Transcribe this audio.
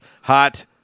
Hot